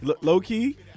low-key